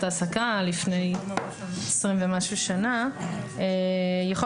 העסקה לפני 20 ומשהו שנים - התעמקו בכל מילה.